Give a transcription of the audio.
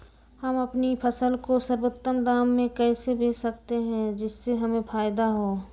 हम अपनी फसल को सर्वोत्तम दाम में कैसे बेच सकते हैं जिससे हमें फायदा हो?